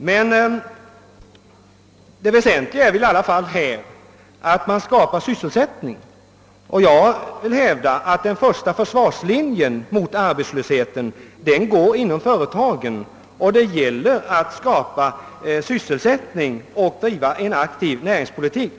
Men det väsentliga är väl i alla fall här att man skapar sysselsättning. Jag vill hävda att den första försvarslinjen mot arbetslösheten går inom företagen, och det gäller att skapa sysselsättning och driva en aktiv näringspolitik.